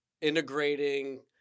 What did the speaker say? integrating